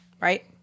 right